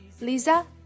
Lisa